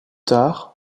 tard